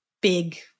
big